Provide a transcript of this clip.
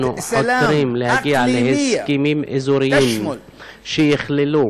אנחנו חותרים להגיע להסכמים אזוריים שיכללו